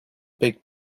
big